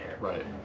Right